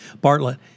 Bartlett